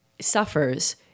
suffers